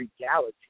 reality